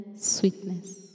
sweetness